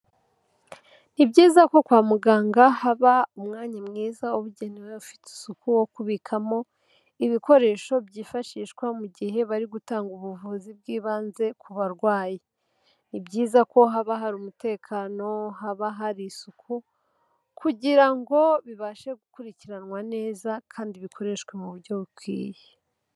Ni byiza ko kwa muganga haba umwanya mwiza wabigenewe ufite isuku, wo kubikamo ibikoresho byifashishwa mu gihe bari gutanga ubuvuzi bw'ibanze ku barwayi. Ni byiza ko haba hari umutekano, haba hari isuku, kugira ngo bibashe gukurikiranwa neza, kandi bikoreshwe mu buryo bukwiye.